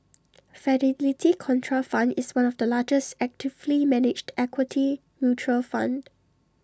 Fidelity Contrafund is one of the largest actively managed equity mutual fund